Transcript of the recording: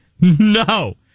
No